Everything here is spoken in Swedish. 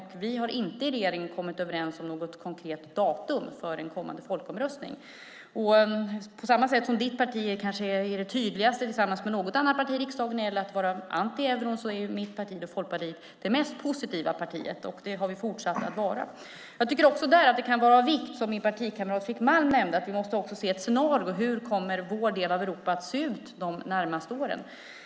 I regeringen har vi inte kommit överens om något konkret datum för en kommande folkomröstning. På samma sätt som ditt parti, tillsammans med något annat parti i riksdagen, kanske är det tydligast när det gäller att vara mot euron är mitt parti, Folkpartiet, det mest positiva partiet. Det har vi fortsatt att vara. Också där tycker jag att det kan vara av vikt, som min partikamrat Fredrik Malm nämnde, att vi måste se på ett scenario för hur vår del av Europa kommer att se ut de närmaste åren.